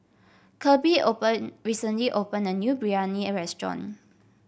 Kirby open recently opened a new Biryani restaurant